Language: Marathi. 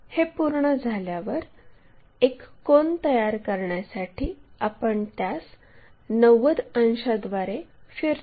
हे पूर्ण झाल्यावर एक कोन तयार करण्यासाठी आपण त्यास 90 अंशांद्वारे फिरवितो